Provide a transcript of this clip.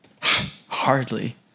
Hardly